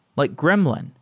like gremlin,